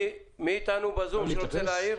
מי איתנו בזום שרוצה להעיר?